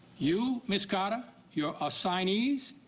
you ms. carter, your assignees,